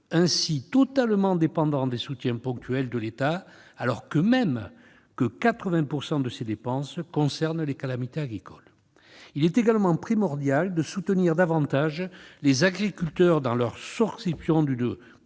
ainsi totalement dépendant des soutiens ponctuels de l'État, alors même que 80 % de ses dépenses concernent l'indemnisation des calamités agricoles. Il est également primordial de soutenir davantage les agriculteurs pour la souscription